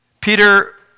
Peter